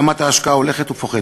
רמת ההשקעה הולכת ופוחתת.